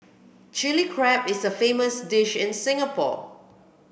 Chilli Crab is a famous dish in Singapore